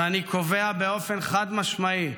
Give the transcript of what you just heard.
ואני קובע באופן חד-משמעי: